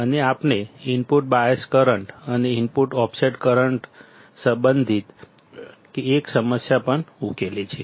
અને આપણે input bias current અને ઇનપુટ ઓફસેટ કરંટથી સંબંધિત એક સમસ્યા પણ ઉકેલી છે